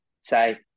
say